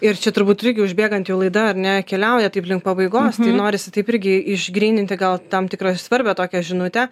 ir čia turbūt irgi užbėgant jau laida ar ne keliauja taip link pabaigos tai norisi taip irgi išgryninti gal tam tikrą svarbią tokią žinutę